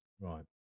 Right